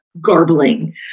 garbling